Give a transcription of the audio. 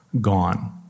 gone